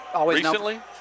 recently